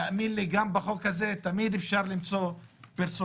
תאמין לי, גם בחוק הזה תמיד אפשר למצוא פרצות.